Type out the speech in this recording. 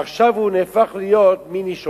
עכשיו הוא הפך להיות מיני-שופט.